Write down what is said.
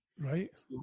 Right